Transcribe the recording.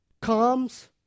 comes